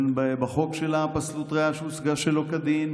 בחוק של פסלות ראיה שהושגה שלא כדין,